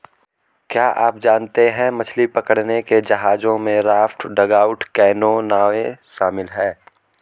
क्या आप जानते है मछली पकड़ने के जहाजों में राफ्ट, डगआउट कैनो, नावें शामिल है?